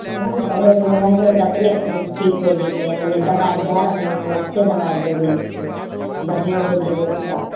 ओहोमे परहेजमे रहबै तऽ अपने ठीक होइ जैतै हमे दवाइ दऽ रहलहुॅं हन अच्छे दबाइ देबै बढ़िआँ होइ जेबै पूरा तऽ